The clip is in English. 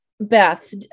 Beth